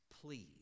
please